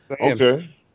Okay